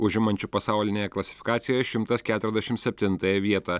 užimančiu pasaulinėje klasifikacijoje šimtas keturiasdešimt septintąją vietą